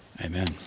Amen